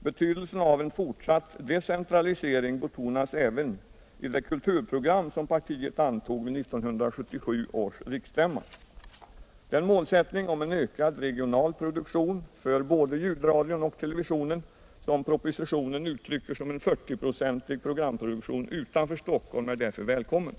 Betydelsen av en fortsatt decentralisering betonas även i det kulturprogram som partiet antog vid 1977 års riksstämma. Den målsättning i fråga om en ökad regional produktion för både ljudradion och televisionen, som propositionen uttrycker som en 40-procentig programproduktion utanför Stockholm, är därför välkommen.